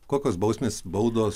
kokios bausmės baudos